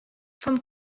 from